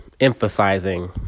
emphasizing